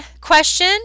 question